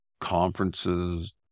conferences